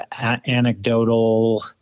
anecdotal